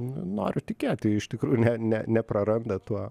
n noriu tikėti iš tikrųjų ne ne nepraranda tuo